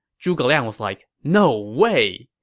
zhuge liang was like, no way!